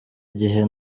gihe